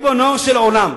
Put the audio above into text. ריבונו של עולם.